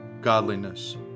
godliness